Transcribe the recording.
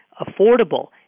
affordable